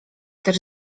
też